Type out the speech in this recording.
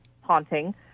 haunting